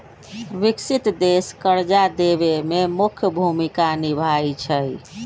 विकसित देश कर्जा देवे में मुख्य भूमिका निभाई छई